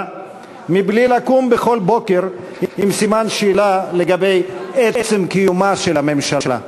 מבלי לקום בכל בוקר עם סימן שאלה לגבי עצם קיומה של הממשלה.